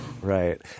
right